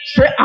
Say